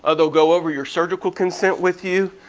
ah they'll go over your surgical consent with you